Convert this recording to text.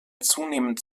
zunehmend